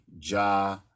Ja